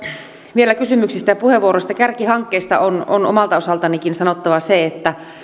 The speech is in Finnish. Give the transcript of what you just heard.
vielä kysymyksistä ja puheenvuoroista kärkihankkeista on on omalta osaltanikin sanottava se että